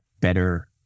better